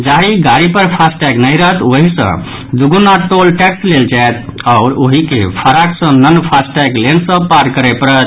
जाहि गाड़ी पर फास्टैग नहि रहत ओहि सॅ दुगुना टोल टैक्स लेल जायत आओर ओहि के फराक सॅ नन फास्टैग लेन सॅ पार करय परत